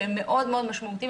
שהם מאוד משמעותיים,